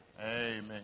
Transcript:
Amen